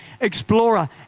explorer